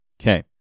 Okay